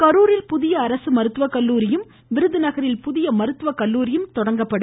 கரூரில் புதிய அரசு மருத்துவக்கல்லூரியும் விருதுநகரில் புதிய பல் மருத்துவ கல்லூரியும் தொடங்கப்படும்